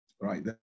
right